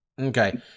Okay